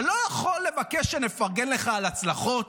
אתה לא יכול לבקש שנפרגן לך על ההצלחות,